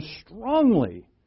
strongly